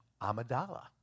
Amidala